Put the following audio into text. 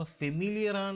familiar